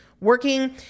working